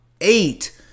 eight